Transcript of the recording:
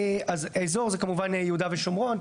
האזור זה כמובן יהודה ושומרון,